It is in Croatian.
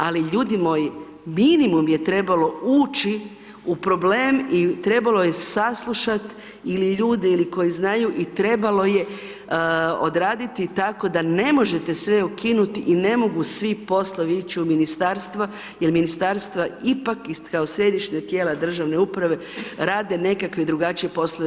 Ali ljudi moji, minimum je trebalo ući u problem i trebalo je saslušati ili ljude ili koji znaju i trebalo je odraditi tako da ne možete sve ukinuti i ne mogu svi poslovi ići u ministarstva jer ministarstva ipak i kao središnja tijela državne uprave rade nekakve drugačije poslove.